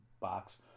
box